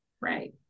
right